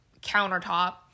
countertop